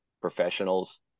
professionals